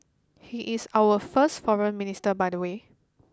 he is our first Foreign Minister by the way